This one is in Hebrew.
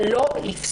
אבל לא לפסול.